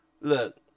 look